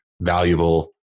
valuable